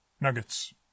Nuggets